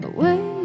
Away